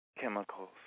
chemicals